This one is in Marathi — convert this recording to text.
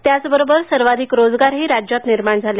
त्याचबरोबर सर्वाधिक रोजगारही राज्यात निर्माण झाले